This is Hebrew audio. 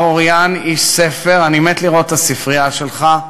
בר-אוריין, איש ספר, אני מת לראות את הספרייה שלך,